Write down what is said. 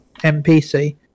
NPC